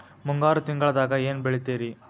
ಮುಂಗಾರು ತಿಂಗಳದಾಗ ಏನ್ ಬೆಳಿತಿರಿ?